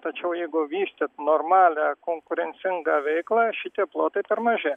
tačiau jeigu vystyt normalią konkurencingą veiklą šitie plotai per maži